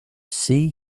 sea